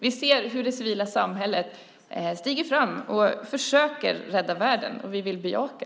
Vi ser hur det civila samhället stiger fram och försöker rädda världen. Det vill vi bejaka.